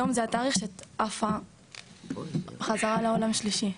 היום זה התאריך שאת עפה בחזרה לעולם שלישי,